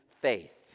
faith